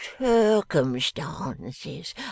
circumstances